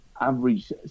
average